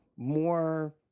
more